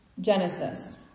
Genesis